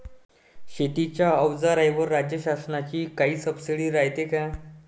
शेतीच्या अवजाराईवर राज्य शासनाची काई सबसीडी रायते का?